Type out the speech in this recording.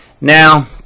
Now